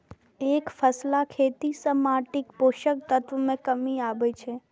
एकफसला खेती सं माटिक पोषक तत्व मे कमी आबै छै